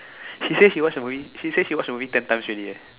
she say she watch the movie she say she watch the movie ten times already eh